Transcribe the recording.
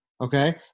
Okay